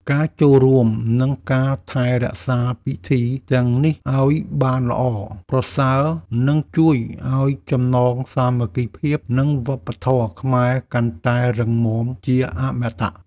ការចូលរួម និងការថែរក្សាពិធីទាំងនេះឱ្យបានល្អប្រសើរ នឹងជួយឱ្យចំណងសាមគ្គីភាពនិងវប្បធម៌ខ្មែរកាន់តែរឹងមាំជាអមតៈ។